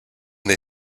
they